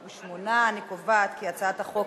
28. אני קובעת כי הצעת החוק